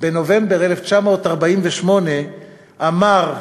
בנובמבר 1948 הוא אמר: